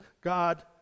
God